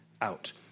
out